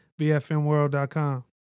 BFMworld.com